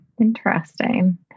Interesting